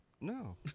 No